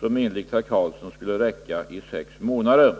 som enligt herr Karlsson skulle räcka i sex månader.